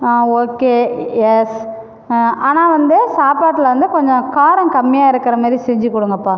ஆ okay yes ஆனால் வந்து சாப்பாட்டில் வந்து கொஞ்சம் காரம் கம்மியாக இருக்கிற மாதிரி செஞ்சிக் கொடுங்கப்பா